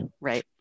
right